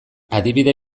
adibide